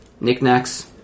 knickknacks